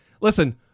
Listen